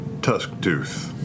Tusktooth